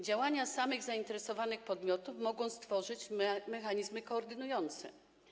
Działania samych zainteresowanych podmiotów mogą stworzyć mechanizmy koordynujące.